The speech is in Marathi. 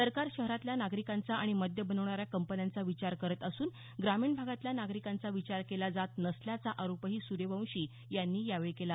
सरकार शहरातल्या नागरिकांचा आणि मद्य बनवणाऱ्या कंपन्याचा विचार करत असून ग्रामीण भागातल्या नागरिकांचा विचार केला जात नसल्याचा आरोपही सूर्यवंशी यांनी यावेळी केला